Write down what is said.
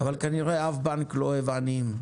אבל כנראה שאף בנק לא אוהב עניים.